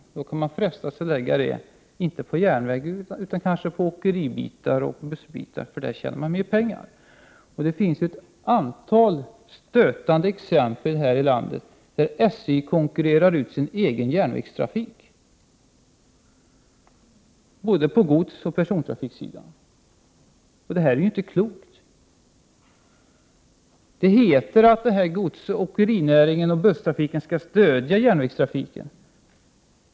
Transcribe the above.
Man kan då frestas att lägga pengarna på åkeriverksamhet och busstransporter, och inte på järnvägen. Där tjänar man ju mer pengar. Det finns ett antal stötande exempel här i landet på att SJ konkurrerar ut sin egen järnvägstrafik, både på godssidan och på personsidan. Detta är inte klokt. Det heter att godsoch åkerinäringen och busstrafiken skall stödja järnvägstrafiken.